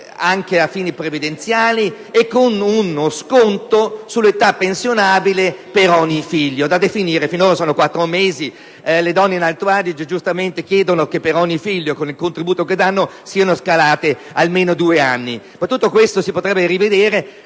nel periodo e con uno sconto sull'età pensionabile per ogni figlio, da definire. Per ora sono quattro mesi e le donne in Alto Adige giustamente chiedono che per ogni figlio, con il contributo che versano, siano scalati almeno due anni. Tutto questo si potrebbe rivedere.